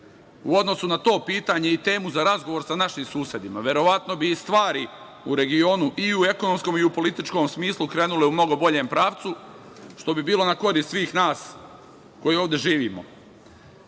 u odnosu na to pitanje i temu za razgovor sa našim susedima, verovatno bi i stvari u regionu i u ekonomskom i političkom smislu krenule u mnogo boljem pravcu, što bi bilo na korist svih nas koji ovde živimo. Da